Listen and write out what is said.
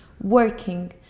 working